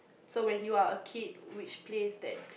so when you are a kid which place that